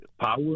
Power